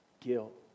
guilt